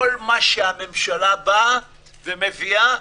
כל מה שהממשלה מביאה,